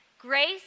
Grace